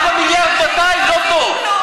4.2 מיליארד, לא טוב.